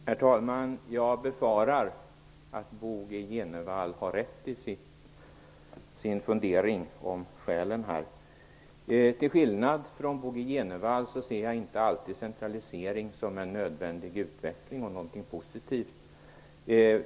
Herr talman! Jag befarar att Bo G Jenevall har rätt i sin fundering om skälen till att frågan inte tas upp. Till skillnad från Bo G Jenevall ser jag inte alltid centralisering som något positivt och som en nödvändig utveckling.